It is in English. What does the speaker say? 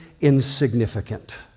insignificant